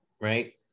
right